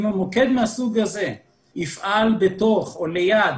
אם המוקד מהסוג הזה יפעל בתוך או ליד